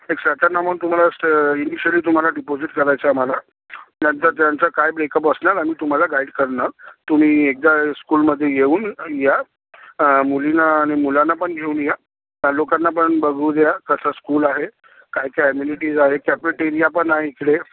एक certain amount तुम्हाला initially तुम्हाला डिपॉझिट करायचं आहे आम्हाला नंतर त्यांचा काय ब्रेकअप असणार आम्ही तुम्हाला गाईड करणार तुम्ही एकदा स्कूलमध्ये येऊन या मुलीला आणि मुलाला पण घेऊन या लोकांना पण बघू द्या कसं स्कूल आहे काय काय ॲमेनिटीज आहेत कॅफेटेरिया पण आहे इकडे